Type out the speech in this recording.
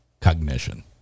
cognition